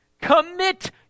Commit